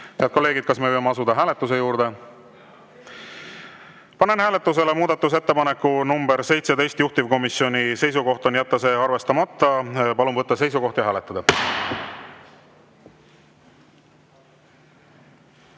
Head kolleegid, kas tohime asuda hääletuse juurde? Panen hääletusele muudatusettepaneku nr 42, juhtivkomisjoni seisukoht on jätta arvestamata. Palun võtta seisukoht ja hääletada!